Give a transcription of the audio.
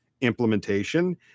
implementation